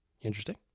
Interesting